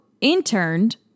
interned